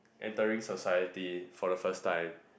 entering society for the first time